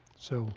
so